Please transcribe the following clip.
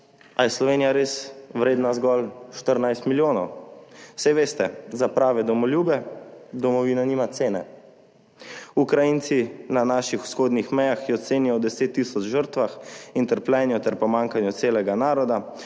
je Slovenija res vredna zgolj 14 milijonov. Saj veste, za prave domoljube domovina nima cene. Ukrajinci na naših vzhodnih mejah jo cenijo v 10 tisoč žrtvah in trpljenju ter pomanjkanju celega naroda,